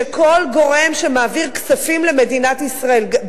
שכל גורם שמעביר כספים למדינת ישראל,